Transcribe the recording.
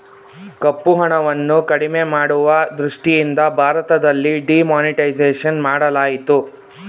ಕಪ್ಪುಹಣವನ್ನು ಕಡಿಮೆ ಮಾಡುವ ದೃಷ್ಟಿಯಿಂದ ಭಾರತದಲ್ಲಿ ಡಿಮಾನಿಟೈಸೇಷನ್ ಮಾಡಲಾಯಿತು